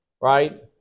right